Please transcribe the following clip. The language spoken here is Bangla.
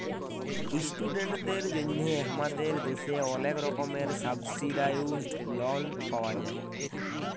ইশটুডেন্টদের জন্হে হামাদের দ্যাশে ওলেক রকমের সাবসিডাইসদ লন পাওয়া যায়